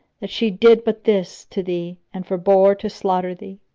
that she did but this to thee and forbore to slaughter thee!